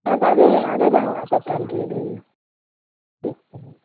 எனக்கு அதே அதே பேங்க்கில் தான் சார் சேல்ரி ஏறுது இது ஆமாம்